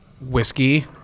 whiskey